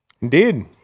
Indeed